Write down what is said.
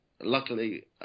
luckily